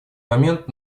момент